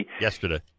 Yesterday